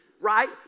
right